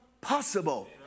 possible